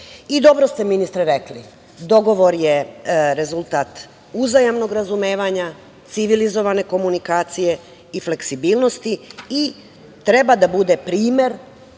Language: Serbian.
ste, ministre, rekli. Dogovor je rezultat uzajamnog razumevanja, civilizovane komunikacije i fleksibilnosti i treba da bude primer